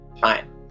Fine